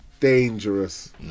dangerous